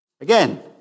Again